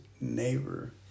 neighbor